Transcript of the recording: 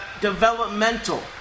developmental